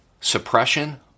suppression